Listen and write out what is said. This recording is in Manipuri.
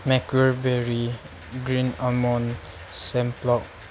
ꯃꯦꯀ꯭ꯔꯣ ꯕꯦꯔꯤ ꯒ꯭ꯔꯤꯟ ꯑꯜꯃꯣꯟ ꯁꯦꯝꯄ꯭ꯂꯣꯛ